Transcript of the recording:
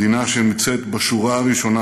מדינה שנמצאת בשורה הראשונה